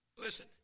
Listen